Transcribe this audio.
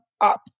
up